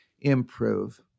improve